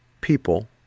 people